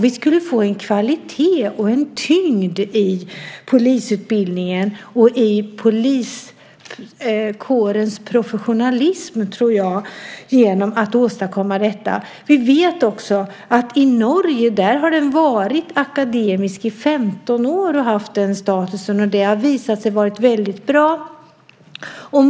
Vi skulle få kvalitet och tyngd i polisutbildningen och i poliskårens professionalism, tror jag, genom att åstadkomma detta. Vi vet att i Norge har utbildningen varit akademisk i 15 år och haft den statusen. Det har visat sig vara väldigt bra.